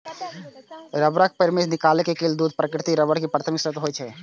रबड़क पेड़ सं निकालल गेल दूध प्राकृतिक रबड़ के प्राथमिक स्रोत होइ छै